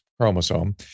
chromosome